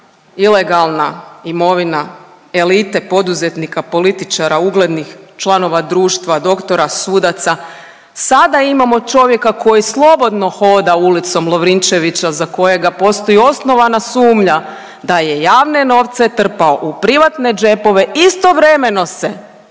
ilegalna imovina elite, poduzetnika, političara, uglednih članova društva, doktora, sudaca. Sada imamo čovjeka koji slobodno hoda ulicom Lovrinčevića za kojega postoji osnovana sumnja da je javne novce trpao u privatne džepove istovremeno se